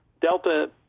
Delta